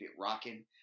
rocking